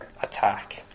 Attack